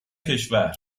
کشور